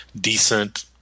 decent